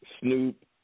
Snoop